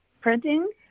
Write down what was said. printing